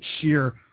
sheer